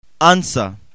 Answer